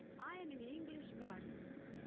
i am in english gardens,